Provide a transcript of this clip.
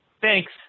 Thanks